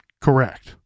Correct